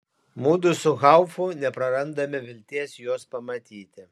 mudu su haufu neprarandame vilties juos pamatyti